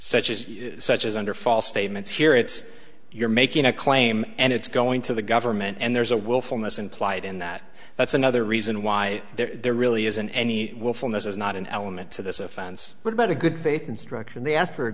such as such as under false statements here it's you're making a claim and it's going to the government and there's a willfulness implied in that that's another reason why there really isn't any wilfulness is not an element to this offense what about a good faith instruction they asked for a